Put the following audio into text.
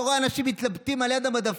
אתה רואה אנשים מתלבטים על יד המדפים,